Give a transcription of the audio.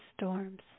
storms